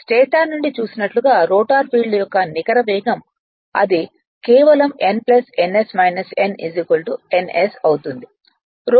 stator నుండి చూసినట్లుగా rotor field యొక్క నికర వేగం అది కేవలం n ns n n s అవుతుంది